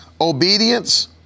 Obedience